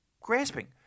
grasping